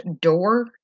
door